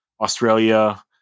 Australia